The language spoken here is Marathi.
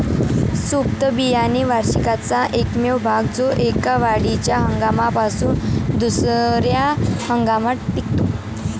सुप्त बियाणे वार्षिकाचा एकमेव भाग जो एका वाढीच्या हंगामापासून दुसर्या हंगामात टिकतो